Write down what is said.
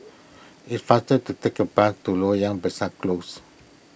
it faster to take a bus to Loyang Besar Close